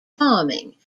farming